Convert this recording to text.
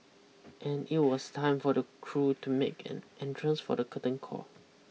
and it was time for the crew to make an entrance for the curtain call